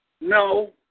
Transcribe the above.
no